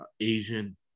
Asian